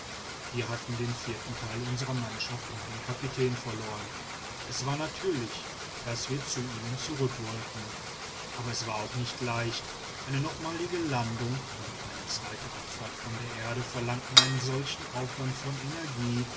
wir hatten den vierten teil unserer mannschaft und den kapitän verloren es war natürlich daß wir zu ihnen zurückwollten aber es war auch nicht leicht eine nochmalige landung und eine zweite abfahrt von der erde verlangten einen solchen aufwand von energie